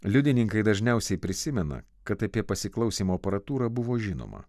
liudininkai dažniausiai prisimena kad apie pasiklausymo aparatūrą buvo žinoma